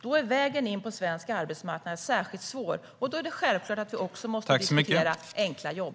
Då är vägen in på svensk arbetsmarknad särskilt svår, och då är det självklart att vi också måste diskutera enkla jobb.